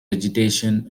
vegetation